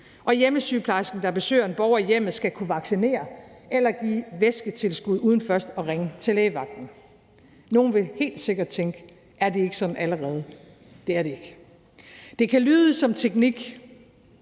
Og hjemmesygeplejersken, der besøger en borger i hjemmet, skal kunne vaccinere eller give væsketilskud uden først at skulle ringe til lægevagten. Nogle vil helt sikkert tænke: Er det ikke sådan allerede? Det er det ikke. Det kan lyde som teknik,